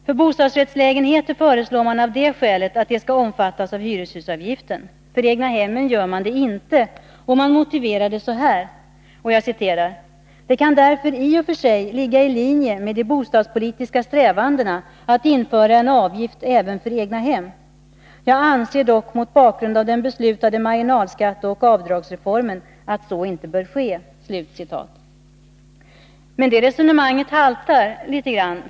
För bostadsrättslägenheter föreslår man av det skälet att de skall omfattas av hyreshusavgiften. För egnahemmen gör man det inte, och man motiverar det så här: ”Det kan därför i och för sig ligga i linje med de bostadspolitiska strävandena att införa en avgift även för egnahem. Jag anser dock mot bakgrund av den beslutade marginalskatteoch avdragsreformen att så inte bör ske.” Men det resonemanget haltar litet.